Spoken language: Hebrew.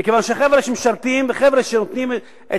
מכיוון שחבר'ה שמשרתים וחבר'ה שנותנים את